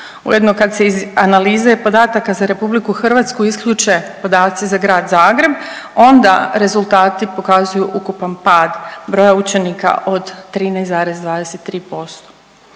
Ujedno, kad se iz analize podataka za RH isključe podaci za Grad Zagreb, onda rezultati pokazuju ukupan pad broja učenika od 13,23%.